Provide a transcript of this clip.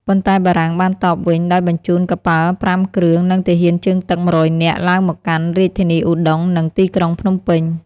ប៉ុន្តែបារាំងបានតបតវិញដោយបញ្ជូនកប៉ាល់ប្រាំគ្រឿង និងទាហានជើងទឹក ១០០ នាក់ ឡើងមកកាន់រាជធានីឧដុង្គ និងទីក្រុងភ្នំពេញ។